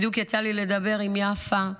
בדיוק יצא לי לדבר עם יפה שלנו,